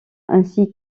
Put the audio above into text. ainsi